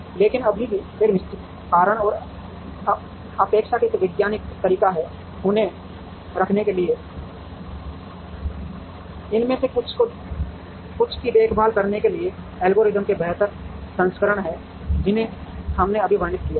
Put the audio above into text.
लेकिन अभी भी एक निश्चित कारण और अपेक्षाकृत वैज्ञानिक तरीका है उन्हें रखने के लिए इनमें से कुछ की देखभाल करने के लिए एल्गोरिथ्म के बेहतर संस्करण हैं जिन्हें हमने अभी वर्णित किया है